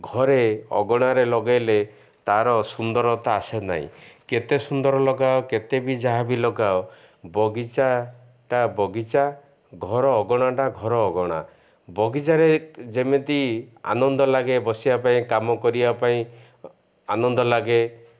ଘରେ ଅଗଣାରେ ଲଗେଇଲେ ତାର ସୁନ୍ଦରତା ଆସେ ନାହିଁ କେତେ ସୁନ୍ଦର ଲଗାଅ କେତେ ବି ଯାହାବି ଲଗାଅ ବଗିଚାଟା ବଗିଚା ଘର ଅଗଣାଟା ଘର ଅଗଣା ବଗିଚାରେ ଯେମିତି ଆନନ୍ଦ ଲାଗେ ବସିବା ପାଇଁ କାମ କରିବା ପାଇଁ ଆନନ୍ଦ ଲାଗେ